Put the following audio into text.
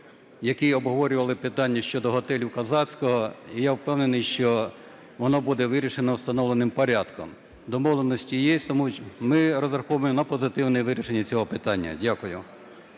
які обговорювали питання щодо готелю "Козацького". Я впевнений, що воно буде вирішено встановленим порядком. Домовленості є, тому ми розраховуємо на позитивне вирішення цього питання. Дякую.